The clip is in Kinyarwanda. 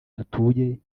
dutuye